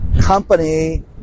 company